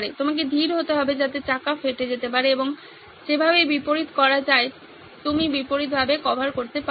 আপনাকে ধীর হতে হবে যাতে চাকা ফেটে যেতে পারে এবং যেভাবে বিপরীত করা যায় আপনি বিপরীতভাবে করতে পারেন